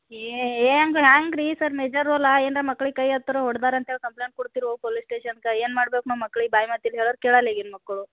ಏ ಏನರ ಹೇಗ್ರಿ ಸರ್ ನಿಜ ರೋಲ ಏನರ ಮಕ್ಳಿಗೆ ಕೈ ಎತ್ರ ಹೊಡ್ದಾರೆ ಅಂತೇಳಿ ಕಂಪ್ಲೆಂಟ್ ಕೊಡ್ತಿರೋ ಪೊಲೀಸ್ ಸ್ಟೇಷನ್ಗ ಏನು ಮಾಡ್ಬೇಕು ನಮ್ಮ ಮಕ್ಳಿಗೆ ಬಾಯಿಮಾತಲ್ಲಿ ಹೇಳರೆ ಕೇಳಲ್ಲ ಈಗಿನ ಮಕ್ಕಳು